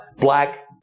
black